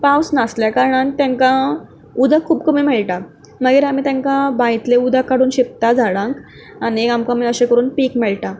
पावस नासल्या कारणान तांकां उदक खूब कमी मेळटा मागीर आमी तांकां बांयतलें उदक काडून शिंपतात झाडांक आनी आमकां माय अशें करून पीक मेळटा